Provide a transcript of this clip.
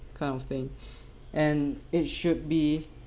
kind of thing and it should be